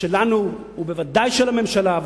שלנו ובוודאי של הממשלה.